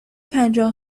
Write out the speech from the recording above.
پنجاه